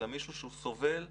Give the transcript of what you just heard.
אלא מישהו שהוא סובל חמש,